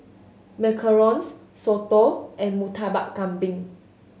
macarons soto and Murtabak Kambing